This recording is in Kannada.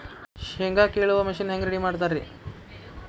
ಶೇಂಗಾ ಕೇಳುವ ಮಿಷನ್ ಹೆಂಗ್ ರೆಡಿ ಮಾಡತಾರ ರಿ?